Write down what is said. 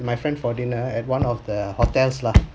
my friend for dinner at one of the hotels lah